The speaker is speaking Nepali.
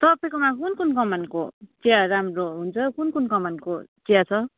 तपाईँकोमा कुन कुन कमानको चिया राम्रो हुन्छ कुन कुन कमानको चिया छ